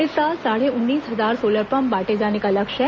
इस साल साढ़े उन्नीस हजार सोलर पम्प बांटे जाने का लक्ष्य है